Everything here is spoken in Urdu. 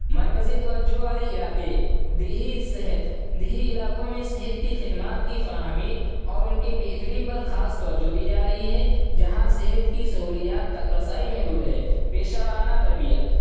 مرکزی توجہ والے علاقے دیہی صحت دیہی علاقوں میں صحت کی خدمات کی فراہمی اور ان کے بہتری پر خاص توجہ دی جا رہی ہے جہاں صحت کی سہولیات تک رسائی محدود ہے پیشہ وارانہ تربیت